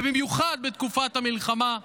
במיוחד בתקופת המלחמה,